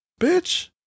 bitch